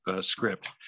script